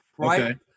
Right